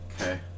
okay